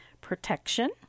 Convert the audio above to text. protection